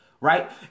right